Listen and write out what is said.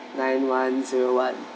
nine one zero one